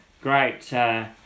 Great